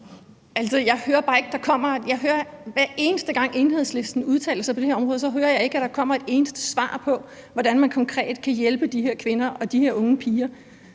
hver eneste gang Enhedslisten udtaler sig på det her område, at jeg ikke hører et eneste svar på, hvordan man konkret kan hjælpe de her kvinder og de her unge piger.